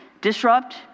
disrupt